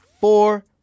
Four